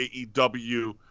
AEW